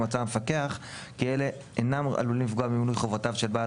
אם מצא המפקח כי אלה אינם עלולים לפגוע במילוי חובותיו של בעל